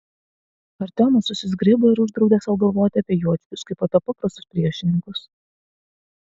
artiomas susizgribo ir uždraudė sau galvoti apie juočkius kaip apie paprastus priešininkus